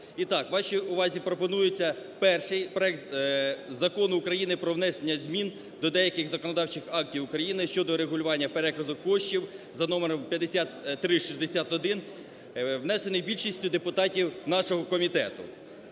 вашій увазі пропонується перший проект Закону України про внесення змін до деяких законодавчих актів України щодо регулювання переказу коштів за номером 5361, внесений більшістю депутатів нашого комітету.